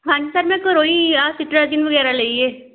ਹਾਂਜੀ ਸਰ ਮੈਂ ਘਰੋਂ ਹੀ ਆਹ ਸਿਟਰਾਜੀਨ ਵਗੈਰਾ ਲਈ ਹੈ